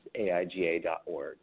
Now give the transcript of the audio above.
AIGA.org